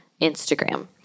Instagram